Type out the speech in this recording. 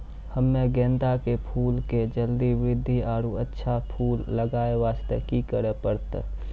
हम्मे गेंदा के फूल के जल्दी बृद्धि आरु अच्छा फूल लगय वास्ते की करे परतै?